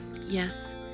Yes